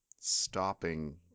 stopping